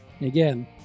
Again